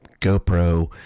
GoPro